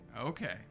Okay